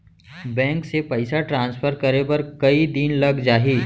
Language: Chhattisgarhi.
बैंक से पइसा ट्रांसफर करे बर कई दिन लग जाही?